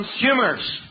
consumers